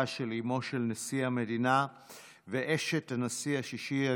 של אימו של נשיא המדינה ואשת הנשיא השישי,